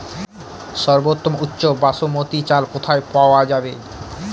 সর্বোওম উচ্চ বাসমতী চাল কোথায় পওয়া যাবে?